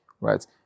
right